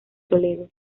toledo